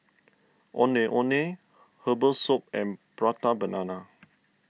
Ondeh Ondeh Herbal Soup and Prata Banana